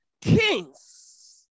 Kings